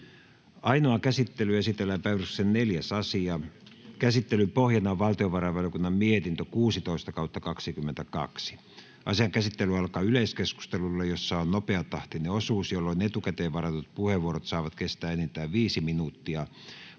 Ainoaan käsittelyyn esitellään päiväjärjestyksen 4. asia. Käsittelyn pohjana on valtiovarainvaliokunnan mietintö VaVM 16/2022 vp. Asian käsittely alkaa yleiskeskustelulla, jossa on nopeatahtinen osuus, jolloin etukäteen varatut puheenvuorot saavat kestää enintään viisi minuuttia.